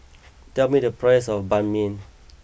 tell me the price of Banh Mi